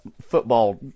football